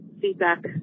feedback